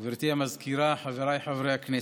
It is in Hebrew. גברתי המזכירה, חבריי חברי הכנסת,